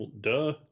Duh